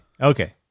okay